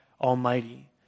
Almighty